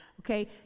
okay